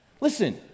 Listen